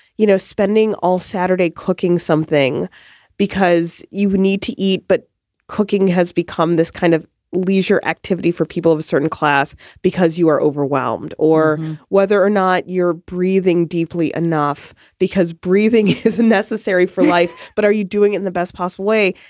you know, spending all saturday cooking something because you need to eat. but cooking has become this kind of leisure activity for people of a certain class because you are overwhelmed or whether or not you're breathing deeply enough because breathing is necessary for life. but are you doing it in the best possible way?